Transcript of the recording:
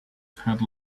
had